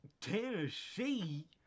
Tennessee